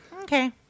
Okay